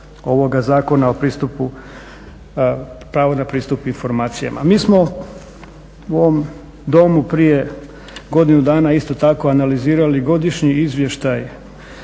ovoga Zakona o pristupu, pravo na pristup informacijama. Mi smo u ovom Domu prije godinu dana isto tako analizirali godišnji izvještaj